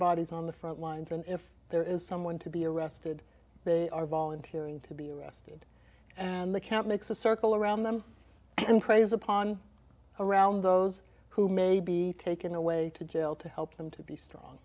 bodies on the front lines and if there is someone to be arrested they are volunteering to be arrested and the count makes a circle around them and plays upon around those who may be taken away to jail to help them to be strong